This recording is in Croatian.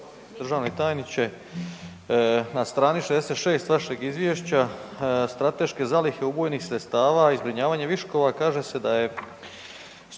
Državni tajniče, na strani 66. vašeg izvješća, strateške zalihe ubojnih sredstava i zbrinjavanje viškova, kaže se da je